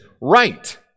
right